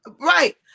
Right